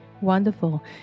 Wonderful